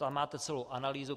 Tam máte celou analýzu.